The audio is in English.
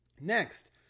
Next